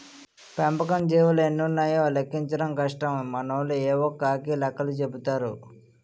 పెంపకం జీవులు ఎన్నున్నాయో లెక్కించడం కష్టం మనోళ్లు యేవో కాకి లెక్కలు చెపుతారు